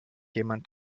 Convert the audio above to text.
jemand